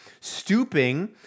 Stooping